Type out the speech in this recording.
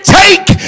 take